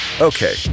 Okay